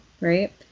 right